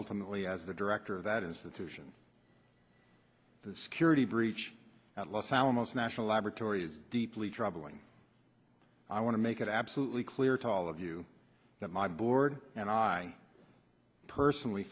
ultimately as the director of that institution the security breach at los alamos national laboratory is deeply troubling i want to make it absolutely clear to all of you that my board and i personally